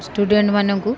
ଷ୍ଟୁଡେଣ୍ଟମାନଙ୍କୁ